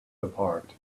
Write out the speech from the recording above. apart